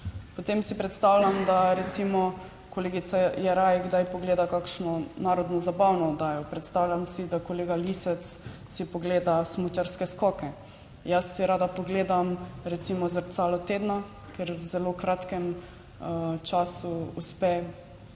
Potem si predstavljam, da recimo kolegica Jeraj kdaj pogleda kakšno narodnozabavno oddajo. Predstavljam si, da kolega Lisec si pogleda smučarske skoke. Jaz si rada pogledam recimo Zrcalo tedna, ker v zelo kratkem času uspe